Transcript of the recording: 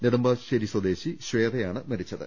നെടുമ്പാശ്ശേരി സ്വദേശി ശ്വേതയാണ് മരിച്ചത്